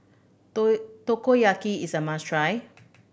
takoyaki is a must try